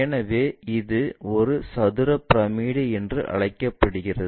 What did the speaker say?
எனவே இது ஒரு சதுர பிரமிடு என்று அழைக்கப்படுகிறது